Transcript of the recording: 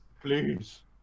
Please